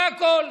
זה הכול.